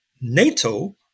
NATO